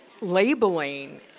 labeling